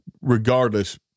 regardless